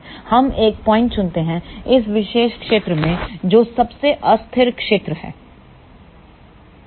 हम एक पॉइंट चुनते हैं इस विशेष क्षेत्र में जो सबसे अस्थिर क्षेत्र है